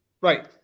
Right